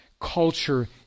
culture